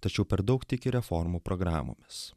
tačiau per daug tiki reformų programomis